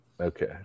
Okay